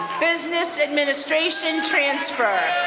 business administration transfer.